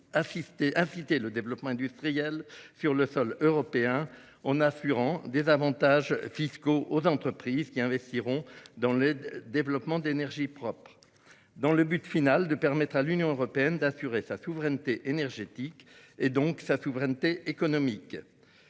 inciter le développement industriel sur le sol européen en assurant des avantages fiscaux aux entreprises qui investiront dans le développement d'énergies propres, dans le but final de permettre à l'Union européenne d'assurer sa souveraineté énergétique, donc sa souveraineté économique.